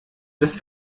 das